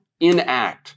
inact